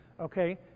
Okay